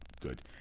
Good